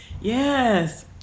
Yes